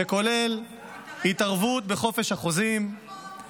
שכולל התערבות בחופש החוזים, נכון.